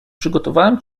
przygotowałem